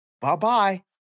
bye-bye